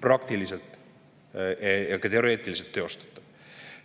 praktiliselt ja teoreetiliselt teostatav.